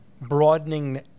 broadening